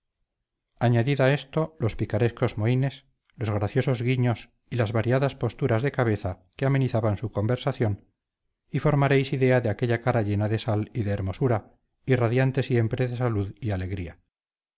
añadid a esto los picarescos mohínes los graciosos guiños y las varias posturas de cabeza que amenizaban su conversación y formaréis idea de aquella cara llena de sal y de hermosura y radiante siempre de salud y alegría